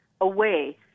away